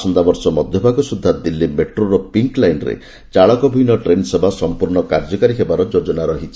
ଆସନ୍ତାବର୍ଷ ମଧ୍ୟଭାଗ ସୁଦ୍ଧା ଦିଲ୍ଲୀ ମେଟ୍ରୋର ପିଙ୍କ୍ ଲାଇନ୍ରେ ଚାଳକ ବିହୀନ ଟ୍ରେନ୍ସେବା ସମ୍ପର୍ଶ୍ଣ କାର୍ଯ୍ୟକାରୀ ହେବାର ଯୋଜନା ରହିଛି